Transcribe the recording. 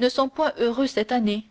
ne sont point heureux cette année